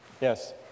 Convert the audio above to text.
Yes